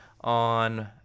on